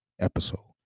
episode